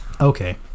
Okay